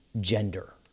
gender